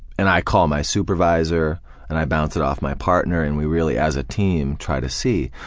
and i call my supervisor and i bounce it off my partner, and we really, as a team, try to see.